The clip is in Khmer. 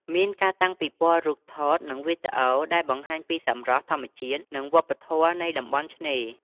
មានការតាំងពិព័រណ៍រូបថត និងវីដេអូ ដែលបង្ហាញពីសម្រស់ធម្មជាតិ និងវប្បធម៌នៃតំបន់ឆ្នេរ។